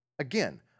Again